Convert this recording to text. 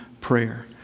prayer